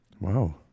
Wow